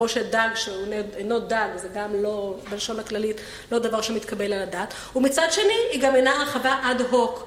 ראש של דג שעונד, אינו דג, זה גם לא, בלשון הכללית, לא דבר שמתקבל על הדעת. ומצד שני, היא גם אינה הרחבה אד הוק.